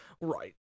Right